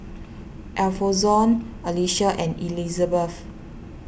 Alfonzo Alicia and Elisabeth